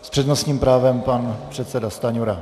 S přednostním právem pan předseda Stanjura.